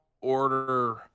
order